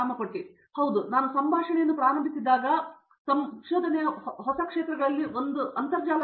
ಕಾಮಕೋಟಿ ಹೌದು ನಾನು ಸಂಭಾಷಣೆಯನ್ನು ಪ್ರಾರಂಭಿಸಿದಾಗ ಸಂಶೋಧನೆಯ ಹೊಸ ಕ್ಷೇತ್ರಗಳಲ್ಲಿ ಒಂದಾಗಿದೆ ವಿಷಯಗಳ ಅಂತರ್ಜಾಲ